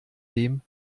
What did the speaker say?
dem